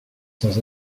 sans